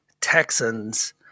Texans